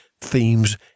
themes